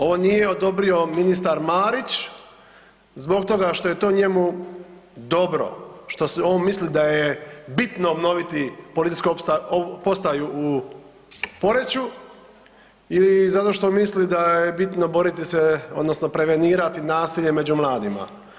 Ovo nije odobrio ministar Marić zbog toga što je to njemu dobro, što on misli da je bitno obnoviti Policijsku postaju u Poreču i zato što misli da je bitno boriti se odnosno prevenirati nasilje među mladima.